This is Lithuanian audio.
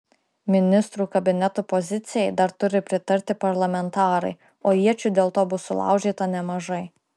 ministrų kabineto pozicijai dar turi pritarti parlamentarai o iečių dėl to bus sulaužyta nemažai